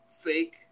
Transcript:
fake